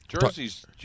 Jerseys